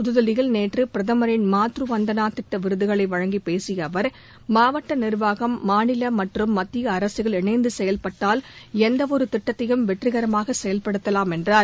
புதுதில்லியில் நேற்று பிரதமின் மாத்ரு வந்தனா திட்ட விருதுகளை வழங்கி பேசிய அவர் மாவட்ட நிர்வாகம் மாநில மற்றும் மத்திய அரசுகள் இணைந்து செயல்பட்டால் எந்தவொரு திட்டத்தையும் வெற்றிகரமாக செயல்படுத்தலாம் என்றார்